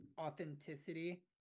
Authenticity